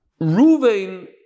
Ruvain